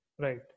Right